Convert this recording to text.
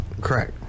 Correct